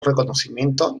reconocimiento